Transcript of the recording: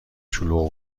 شلوغ